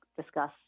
discuss